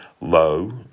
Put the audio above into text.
low